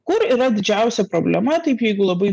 kur yra didžiausia problema taip jeigu labai